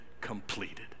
completed